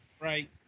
Right